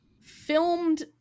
filmed